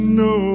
no